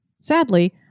Sadly